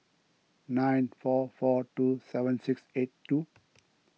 nine four four two seven six eight two